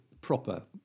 proper